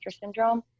syndrome